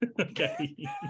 Okay